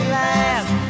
last